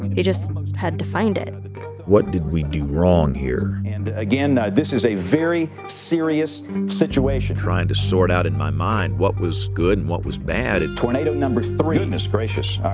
he just had to find it what did we do wrong here? and, again, this is a very serious situation trying to sort out in my mind what was good and what was bad. tornado number three. goodness gracious.